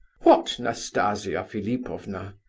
what nastasia philipovna?